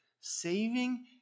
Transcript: saving